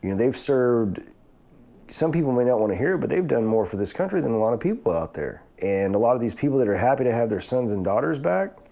you know they've served some people might not want to hear but they've done more for this country than a lot of people out there. and alot of these people that are happy to have their sons and daughters back,